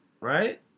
Right